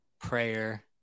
prayer